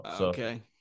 Okay